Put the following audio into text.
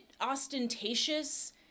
ostentatious